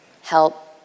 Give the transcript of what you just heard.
help